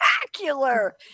spectacular